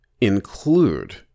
include